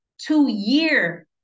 two-year